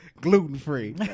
Gluten-free